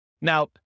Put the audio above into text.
Now